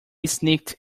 sneaked